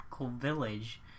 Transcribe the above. village